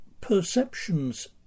Perceptions